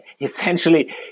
essentially